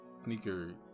sneaker